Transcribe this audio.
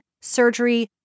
surgery